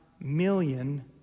million